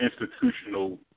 institutional